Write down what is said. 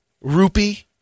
rupee